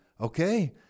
Okay